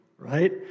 Right